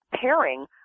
pairing